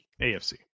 AFC